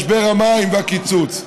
משבר המים והקיצוץ,